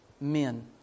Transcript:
men